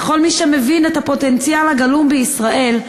וכל מי שמבין את הפוטנציאל הגלום בישראל,